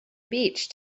beach